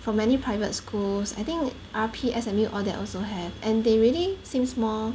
from many private schools I think R_P S_M_U all that also have and they really seems more